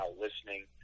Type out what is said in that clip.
listening